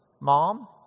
Mom